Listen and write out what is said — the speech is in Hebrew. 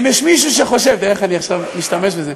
אם יש מישהו שחושב, תראה איך אני עכשיו משתמש בזה.